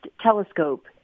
telescope